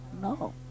No